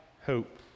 hope